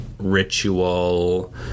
Ritual